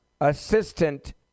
assistant